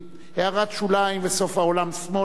"הערת שוליים" ו"סוף העולם שמאלה",